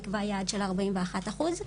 נקבע יעד של ארבעים ואחת אחוז.